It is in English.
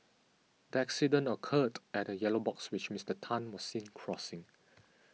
the accident occurred at a yellow box which Mister Tan was seen crossing